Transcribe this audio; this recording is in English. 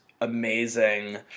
amazing